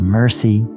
mercy